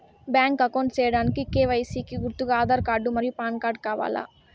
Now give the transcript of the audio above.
Bank account సేయడానికి KYC కి గుర్తుగా ఆధార్ కార్డ్ మరియు పాన్ కార్డ్ కావాలా?